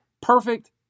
Perfect